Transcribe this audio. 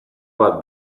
bat